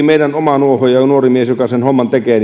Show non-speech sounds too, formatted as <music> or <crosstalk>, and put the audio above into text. <unintelligible> meidän omakin nuohoojamme nuori mies joka sen homman tekee <unintelligible>